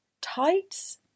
tights